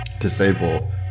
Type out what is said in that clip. disable